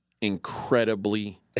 incredibly